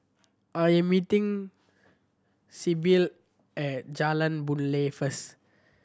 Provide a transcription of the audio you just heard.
I am meeting Sybil at Jalan Boon Lay first